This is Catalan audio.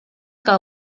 que